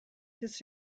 his